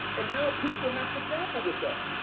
and now people have to grapple with that.